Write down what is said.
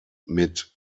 mit